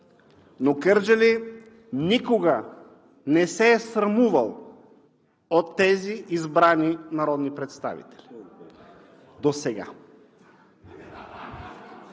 но Кърджали досега никога не се е срамувал от тези избрани народни представители. (Смях